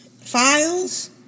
files